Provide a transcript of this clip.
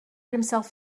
himself